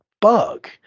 bug